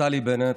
נפתלי בנט,